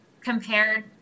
compared